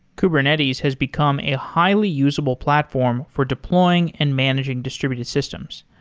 kubernetes has become a highly usable platform for deploying and managing distributed systems.